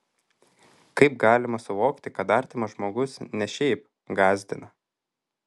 kaip galima suvokti kad artimas žmogus ne šiaip gąsdina